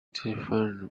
stephen